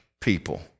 people